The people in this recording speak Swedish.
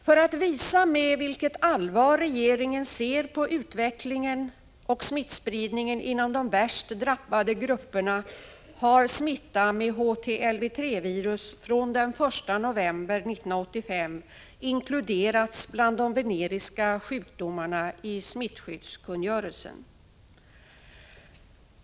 För att visa med vilket allvar regeringen ser på utvecklingen och smittspridningen inom de värst drabbade grupperna har smitta med HTLV III-virus från den 1 november 1985 inkluderats bland de veneriska sjukdomarna i smittskyddskungörelsen.